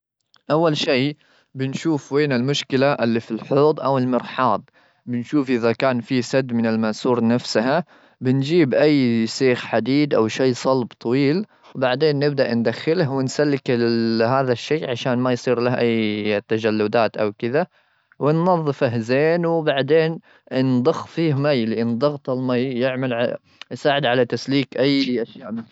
أول شيء، بنشوف وين المشكلة اللي في الحوض أو المرحاض؟ بنشوف إذا كان في سد من الماسور نفسها. بنجيب أي سيخ حديد أو شي صلب طويل. بعدين نبدأ ندخله ونسلك ال-هذا الشيء عشان ما يصير له أي تجلدات أو كذا. وننظفه زين. وبعدين نضخ فيه مي، لأن ضغط المي بيعمل على-بيساعد على تسليك أي أشياء.